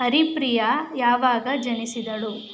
ಹರಿಪ್ರಿಯಾ ಯಾವಾಗ ಜನಿಸಿದಳು